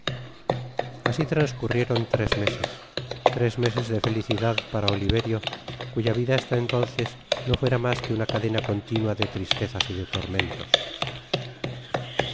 asi transcurrieron tres meses tres meses de felicidad para oliverio cuya vida hasta entonces no fuera mas que una cadena continua de tristezas y de tormentos